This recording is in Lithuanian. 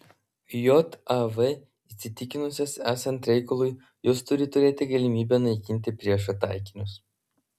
jav įsitikinusios esant reikalui jos turi turėti galimybę naikinti priešo taikinius